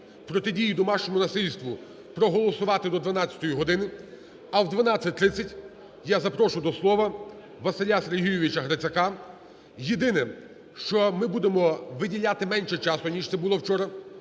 протидії домашнього насильству проголосувати до 12 години. А о 12:30 я запрошую до слова Василя Сергійовича Грицака. Єдине, що ми будемо виділяти менше часу, ніж це було вчора,